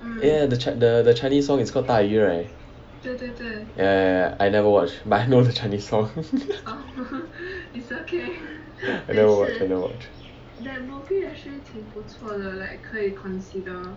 ya ya ya the chi~ the chinese song is called 大鱼 right ya ya ya I never watch but I know the chinese song I never watch I never watch